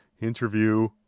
interview